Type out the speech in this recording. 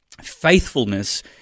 faithfulness